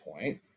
point